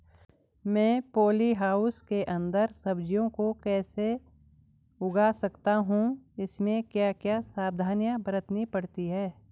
मैं poly house के अन्दर सब्जियों को कैसे उगा सकता हूँ इसमें क्या क्या सावधानियाँ बरतनी पड़ती है?